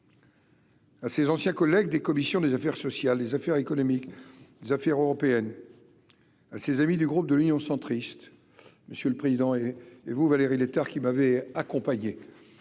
à ses anciens collègues, des commissions des affaires sociales, les affaires économiques des affaires européennes à ses amis du groupe de l'Union centriste, Monsieur le Président et et vous Valérie Létard qui m'avait accompagné